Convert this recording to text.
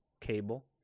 cable